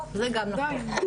זה גם נכון.